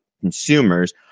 consumers